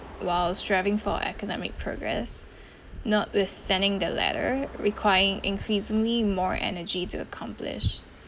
while striving for academic progress notwithstanding the latter requiring increasingly more energy to accomplish